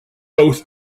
both